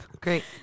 Great